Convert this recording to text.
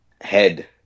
head